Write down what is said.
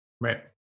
Right